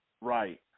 Right